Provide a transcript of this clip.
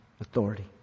authority